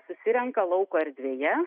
susirenka lauko erdvėje